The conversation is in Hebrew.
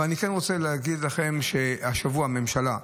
אבל אני כן רוצה להגיד לכם שהשבוע הממשלה,